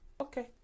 Okay